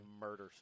Murder